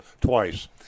twice